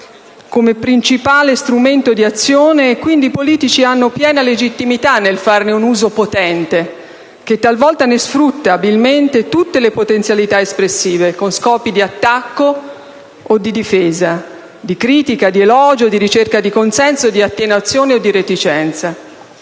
come principale strumento d'azione, e quindi i politici hanno piena legittimità nel farne un uso potente, che talvolta ne sfrutta abilmente tutte le potenzialità espressive, con scopi di attacco o di difesa, di critica, di elogio, di ricerca di consenso, di attenuazione o di reticenza.